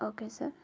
okay sir